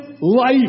life